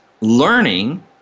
learning